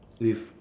with